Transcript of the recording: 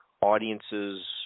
audiences